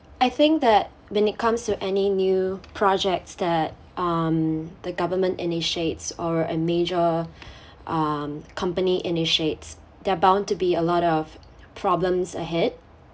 I think that when it comes to any new projects that um the government initiates or a major um company initiates there are bound to be a lot of problems ahead